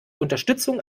unterstützung